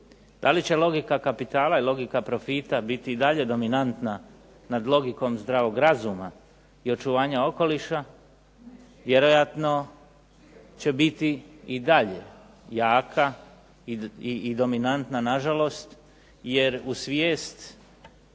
Da li će logika kapitala i logika profita biti i dalje dominantna nad logikom zdravog razuma i očuvanja okoliša, vjerojatno će biti i dalje jaka i dominantna na žalost jer u svijest